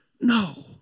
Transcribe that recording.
No